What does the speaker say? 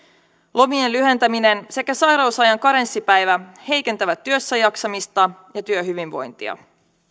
lomien lyhentäminen sekä sairausajan karenssipäivä heikentävät työssäjaksamista ja työhyvinvointia